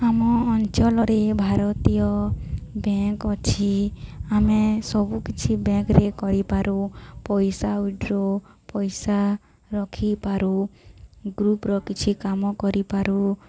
ଆମ ଅଞ୍ଚଳରେ ଭାରତୀୟ ବ୍ୟାଙ୍କ ଅଛି ଆମେ ସବୁକିଛି ବ୍ୟାଙ୍କରେ କରିପାରୁ ପଇସା ଉଇଡ଼୍ରୋ ପଇସା ରଖିପାରୁ ଗ୍ରୁପ୍ର କିଛି କାମ କରିପାରୁ